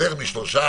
יותר משלושה,